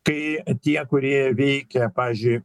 tai tie kurie veikia pavyzdžiui